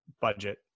budget